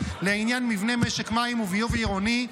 לעניין מבנה משק מים וביוב עירוני,